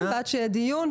עד שיהיה דיון,